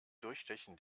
durchstechen